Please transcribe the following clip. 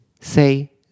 say